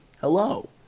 hello